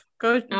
Go